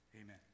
Amen